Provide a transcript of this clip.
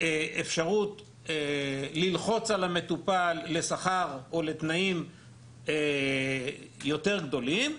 אפשרות ללחוץ על המטופל לשכר או לתנאים יותר גדולים,